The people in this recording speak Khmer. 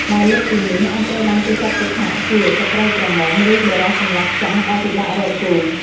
បើលើសពីនេះ អាចត្រូវបានគេចាត់ទុកថាជា ស្ត្រីក្រមុំ ឬ បុរសកម្លោះចាស់ ដែលពិបាករកគូ ។